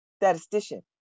statistician